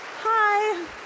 Hi